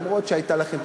אף שהיו לכם,